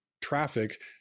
traffic